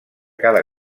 cada